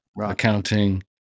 accounting